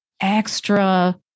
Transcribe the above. extra